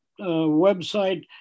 website